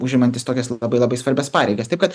užimantis tokias labai labai svarbias pareigas taip kad